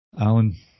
Alan